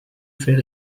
fer